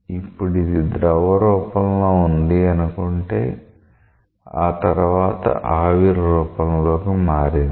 ఇప్పుడు ఇది ద్రవరూపంలో ఉంది అనుకుంటే ఆ తర్వాత ఆవిరి రూపంలోకి మారింది